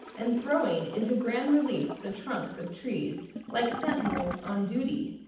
and throwing into grand relief the trunks of trees, like sentinels on duty.